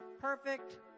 perfect